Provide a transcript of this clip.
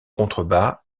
contrebas